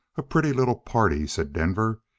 a pretty little party, said denver.